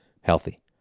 Healthy